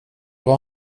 vad